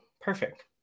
Perfect